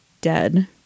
dead